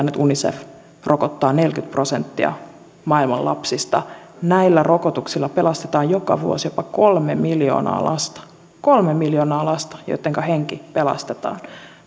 että unicef rokottaa neljäkymmentä prosenttia maailman lapsista näillä rokotuksilla pelastetaan joka vuosi jopa kolme miljoonaa lasta kolme miljoonaa lasta joittenka henki pelastetaan